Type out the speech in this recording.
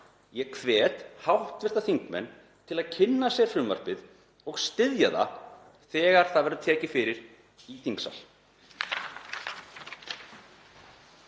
Ég hvet hv. þingmenn til að kynna sér frumvarpið og styðja það þegar það verður tekið fyrir í þingsal.